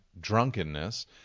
drunkenness